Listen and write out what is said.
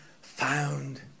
found